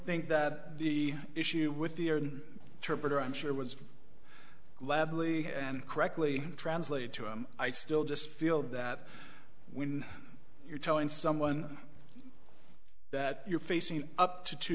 think that the issue with the trigger i'm sure was gladly and correctly translated to him i still just feel that when you're telling someone that you're facing up to two